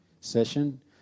session